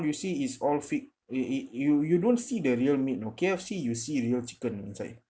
you see is all fake it it you you don't see the real meat you know K_F_C you see real chicken inside